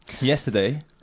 yesterday